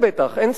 אין ספק.